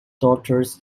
daughters